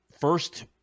first